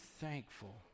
thankful